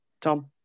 tom